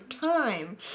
time